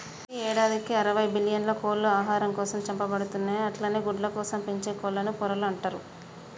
ప్రతి యేడాదికి అరవై బిల్లియన్ల కోళ్లు ఆహారం కోసం చంపబడుతున్నయి అట్లనే గుడ్లకోసం పెంచే కోళ్లను పొరలు అంటరు